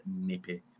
nippy